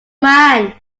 man